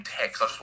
text